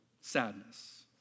sadness